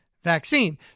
vaccine